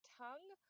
tongue